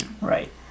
Right